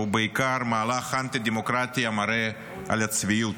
הוא בעיקר מהלך אנטי-דמוקרטי המראה על הצביעות.